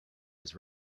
was